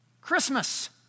Christmas